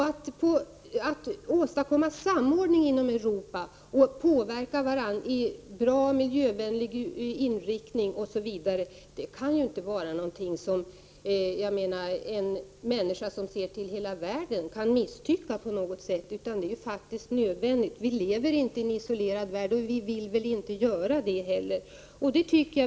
Att åstadkomma samordning inom Europa och påverka varandra i en bra miljövänlig riktning kan väl inte vara någonting som en människa som ser till världens bästa kan tycka är fel på något sätt — utan det är faktiskt nödvändigt: Vi lever inte i en isolerad värld och vi vill inte göra det heller.